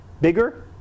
bigger